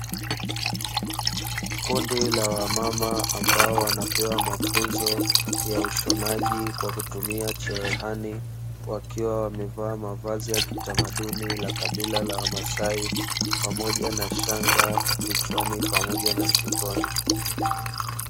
Kundi la wamama ambao wanapewa mafunzo ya ushonaji kwa kutumia cherehani, wakiwa wamevaa mavazi ya kitamaduni la kabila la wamasai pamoja na shanga vichwani na shingoni.